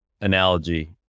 analogy